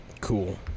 Cool